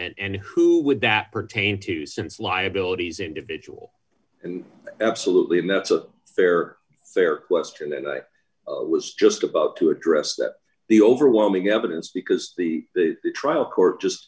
bombing and who would that pertain to since liabilities individual and absolutely and that's a fair fair question and i was just about to address the overwhelming evidence because the trial court just